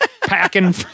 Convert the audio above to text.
packing